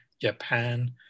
Japan